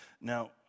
Now